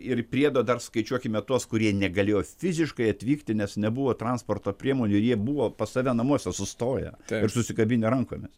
ir priedo dar skaičiuokime tuos kurie negalėjo fiziškai atvykti nes nebuvo transporto priemonių ir jie buvo pas save namuose sustoję ir susikabinę rankomis